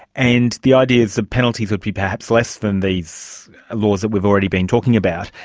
and the idea is the penalties would be perhaps less than these laws that we've already been talking about.